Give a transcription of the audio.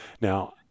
Now